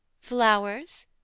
Flowers